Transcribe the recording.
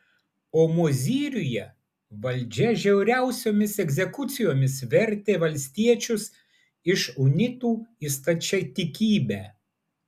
o mozyriuje valdžia žiauriausiomis egzekucijomis vertė valstiečius iš unitų į stačiatikybę